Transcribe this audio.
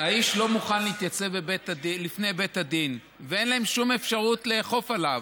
האיש לא מוכן להתייצב בפני בית הדין ואין להם שום אפשרות לאכוף עליו.